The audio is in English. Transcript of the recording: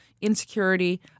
insecurity